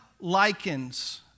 likens